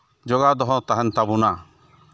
ᱡᱚᱜᱟᱣ ᱫᱚᱦᱚ ᱛᱟᱦᱮᱱ ᱛᱟᱵᱚᱱᱟ